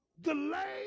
delay